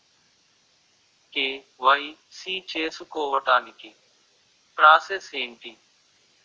KYC చేసుకోవటానికి process ఏంటి?